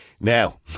Now